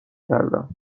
کردم